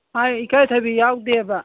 ꯏꯀꯥꯏ ꯊꯕꯤ ꯌꯥꯎꯗꯦꯕ